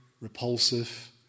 repulsive